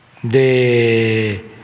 de